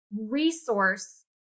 resource